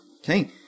Okay